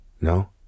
no